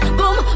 boom